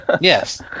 Yes